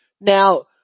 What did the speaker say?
Now